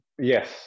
yes